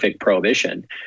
prohibition